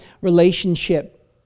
relationship